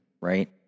right